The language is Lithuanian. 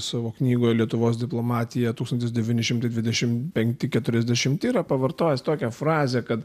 savo knygoj lietuvos diplomatija tūkstantis devyni šimtai dvidešim penkti keturiasdešimti yra pavartojęs tokią frazę kad